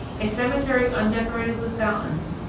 a cemetery undecorated with fountains,